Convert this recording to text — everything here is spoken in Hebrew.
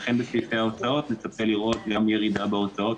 לכן בסעיפי ההוצאות נצפה לראות גם ירידה בהוצאות.